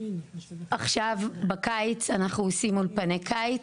עכשיו בקיץ אנחנו עושים אולפני קיץ.